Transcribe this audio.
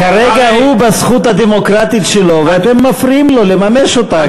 כרגע הוא בזכות הדמוקרטית שלו ואתם מפריעים לו לממש אותה.